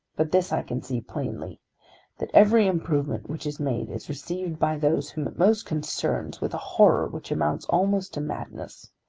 but this i can see plainly that every improvement which is made is received by those whom it most concerns with a horror which amounts almost to madness.